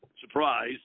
Surprise